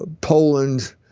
Poland